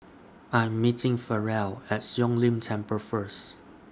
I Am meeting Farrell At Siong Lim Temple First